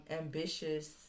ambitious